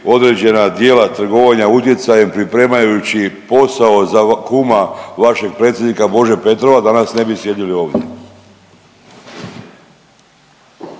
određena djela trgovanja utjecajem pripremajući posao za kuma vašeg predsjednika Bože Petrova danas ne bi sjedili ovdje.